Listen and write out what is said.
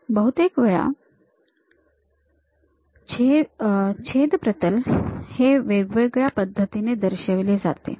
बहुतेक वेळा छेद प्रतल हे वेगवेगळ्या पद्धतीने दर्शविले जातात